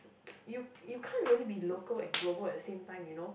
you you can't really be local and global at the same time you know